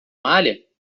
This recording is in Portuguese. malha